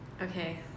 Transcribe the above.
Okay